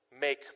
make